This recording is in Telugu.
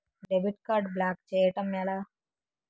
డెబిట్ కార్డ్ బ్లాక్ చేయటం ఎలా?